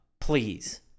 please